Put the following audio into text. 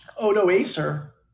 Odoacer